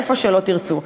איפה שלא תרצו?